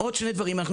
גם